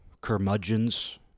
curmudgeons